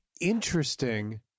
interesting